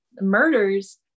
murders